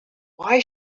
why